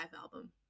album